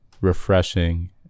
refreshing